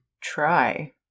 try